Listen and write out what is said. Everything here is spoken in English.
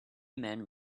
men